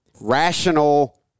rational